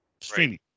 streaming